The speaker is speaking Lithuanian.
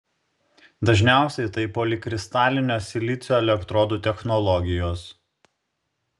dažniausiai tai polikristalinio silicio elektrodų technologijos